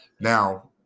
Now